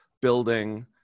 building